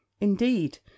indeed